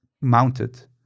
Mounted